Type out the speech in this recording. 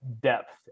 depth